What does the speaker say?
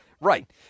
Right